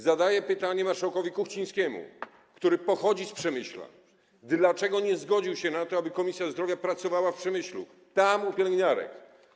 Zadaję pytanie marszałkowi Kuchcińskiemu, który pochodzi z Przemyśla, dlaczego nie zgodził się na to, aby Komisja Zdrowia pracowała w Przemyślu, tam, u pielęgniarek.